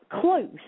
close